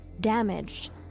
damaged